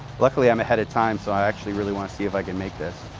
luckily, i'm ahead of time, so i actually really want to see if i can make this.